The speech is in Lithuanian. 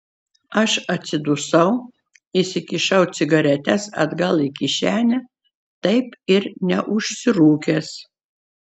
aš atsidusau įsikišau cigaretes atgal į kišenę taip ir neužsirūkęs